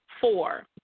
Four